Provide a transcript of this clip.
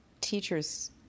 teachers